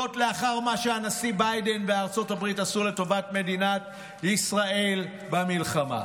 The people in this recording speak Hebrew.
וזאת לאחר מה שביידן וארצות הברית עשו לטובת מדינת ישראל במלחמה.